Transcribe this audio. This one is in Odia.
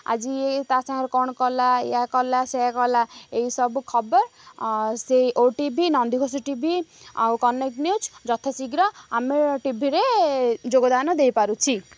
ଆଜି ତା ସାଙ୍ଗରେ କ'ଣ କଲା ଏୟା କଲା ସେୟା କଲା ଏଇସବୁ ଖବର ସେଇ O T V Nandighosha T V ଆଉ କନକ୍ ନ୍ୟୁଜ୍ ଯଥା ଶୀଘ୍ର ଆମେ ଟିଭିରେ ଯୋଗଦାନ ଦେଇପାରୁଛି